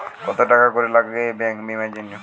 কত টাকা করে লাগে ব্যাঙ্কিং বিমার জন্য?